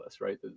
right